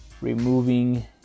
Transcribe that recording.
removing